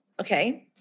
okay